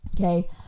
okay